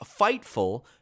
Fightful